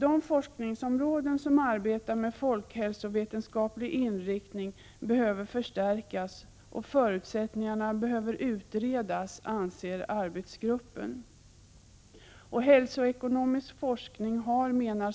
De forskningsområden som arbetar med folkhälsovetenskaplig inriktning behöver förstärkas och förutsättningarna för detta utredas, anser arbetsgruppen. Hälsoekonomisk forskning har, menar